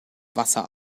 wasser